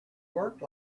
work